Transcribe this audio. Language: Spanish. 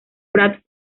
prats